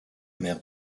maire